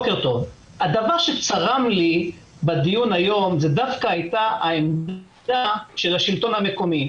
הדבר שצרם לי בדיון היום זו העמדה של השלטון המקומי.